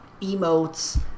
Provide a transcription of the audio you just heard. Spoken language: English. emotes